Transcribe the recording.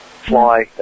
fly